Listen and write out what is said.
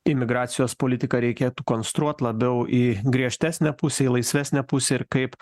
imigracijos politiką reikėtų konstruot labiau į griežtesnę pusę į laisvesnę pusę ir kaip